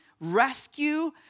rescue